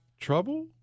trouble